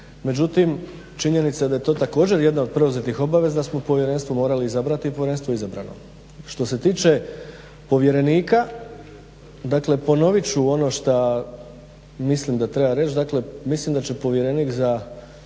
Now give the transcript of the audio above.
Međutim činjenica da je to također jedna od preuzetih obaveza jest da smo povjerenstvo morali izabrati i povjerenstvo je izabrano. Što se tiče povjerenika, dakle ponovit ću ono što mislim da treba reć, dakle mislim da će povjerenik za